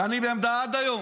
ואני בעמדה עד היום.